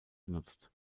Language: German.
benutzt